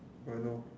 I know